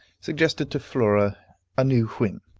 suggested to flora a new whim.